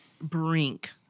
brink